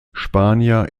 spanier